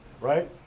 right